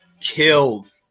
killed